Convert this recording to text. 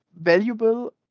valuable